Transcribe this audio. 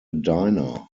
diner